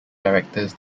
directors